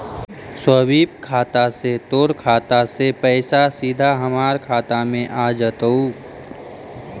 स्वीप खाता से तोर खाता से पइसा सीधा हमर खाता में आ जतउ